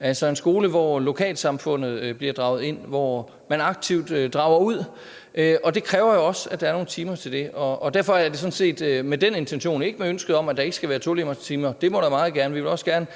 altså en skole, hvor lokalsamfundet bliver draget ind, og hvor man aktivt drager ud. Og det kræver jo også, at der er nogle timer til det. Derfor er det sådan set med den intention, ikke med ønsket om, at der ikke skal være tolærertimer. Det må der meget gerne,